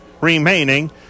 remaining